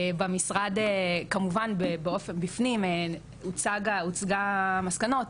במשרד כמובן ובאופק בפנים הוצגו המסקנות,